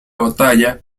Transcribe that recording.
batalla